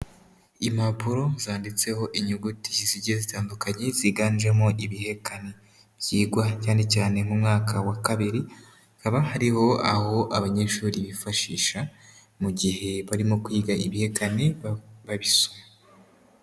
Impapuro zanditseho inyuguti zigiye zitandukanye ziganjemo ibihekane, byigwa cyane cyane mu mwaka wa kabiri, hakaba hariho aho abanyeshuri bifashisha mu gihe barimo kwiga ibihekane babisoma.